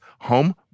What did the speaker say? home